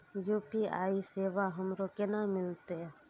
UPI सेवा हमरो केना मिलते?